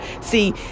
See